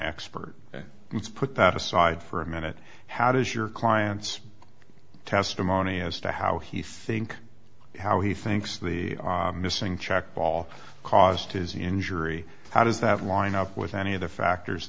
expert let's put that aside for a minute how does your client's testimony as to how he think how he thinks the missing czech ball caused his injury how does that line up with any of the factors